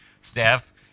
Steph